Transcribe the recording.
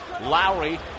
Lowry